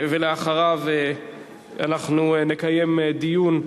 ואחריו, אנחנו נקיים דיון.